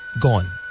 gone